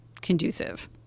conducive